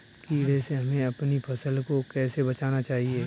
कीड़े से हमें अपनी फसल को कैसे बचाना चाहिए?